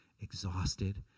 exhausted